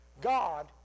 God